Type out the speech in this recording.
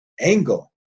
angle